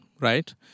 right